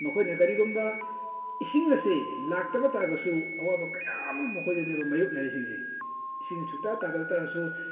ꯃꯈꯣꯏꯅ ꯀꯔꯤꯒꯨꯝꯕ ꯏꯁꯤꯡ ꯑꯁꯦ ꯂꯥꯛꯇꯕ ꯇꯥꯔꯒꯁꯨ ꯑꯋꯥꯕ ꯀꯌꯥ ꯑꯃ ꯃꯈꯣꯏꯗꯅꯦꯕ ꯃꯥꯏꯌꯣꯛꯅꯔꯤꯁꯤꯡꯁꯦ ꯏꯁꯤꯡ ꯁꯨꯛꯇꯥ ꯇꯥꯗꯕ ꯇꯥꯔꯁꯨ